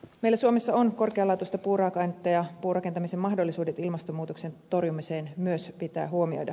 meillä suomessa on korkealaatuista puuraaka ainetta ja puurakentamisen mahdollisuudet ilmastonmuutoksen torjumiseen myös pitää huomioida